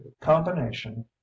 combination